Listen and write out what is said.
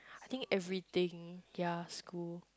I think everything ya school